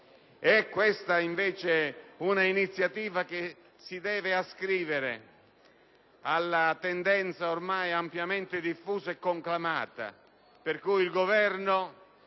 Si tratta invece di un'iniziativa che si deve ascrivere alla tendenza ormai ampiamente diffusa e conclamata del Governo